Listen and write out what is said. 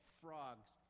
frogs